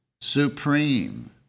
supreme